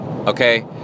Okay